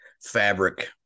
fabric